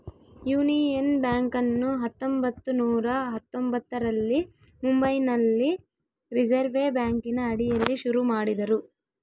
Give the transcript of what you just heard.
union ಬ್ಯಾಂಕನ್ನು ಹತ್ತೊಂಭತ್ತು ನೂರ ಹತ್ತೊಂಭತ್ತರಲ್ಲಿ ಮುಂಬೈನಲ್ಲಿ ರಿಸೆರ್ವೆ ಬ್ಯಾಂಕಿನ ಅಡಿಯಲ್ಲಿ ಶುರು ಮಾಡಿದರು